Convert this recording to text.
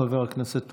חבר הכנסת טופורובסקי,